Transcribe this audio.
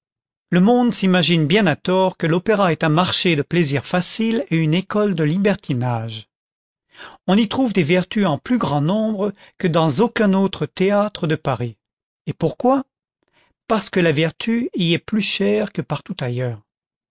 le monde s'imagine bien à tort que l'opéra est un marché de plaisir facile et une école de libertinage on y trouve des vertus en plus grand nombre que dans aucun autre théâtre de paris et pourquoi parce que la vertu y est plus chère que partout ailleurs